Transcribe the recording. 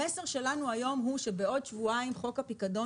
המסר שלנו היום הוא שבעוד שבועיים חוק הפיקדון